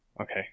Okay